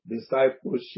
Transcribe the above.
Discipleship